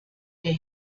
der